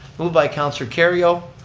moved by councilor kerrio,